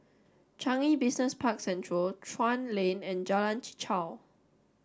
Changi Business Park Central Chuan Lane and Jalan Chichau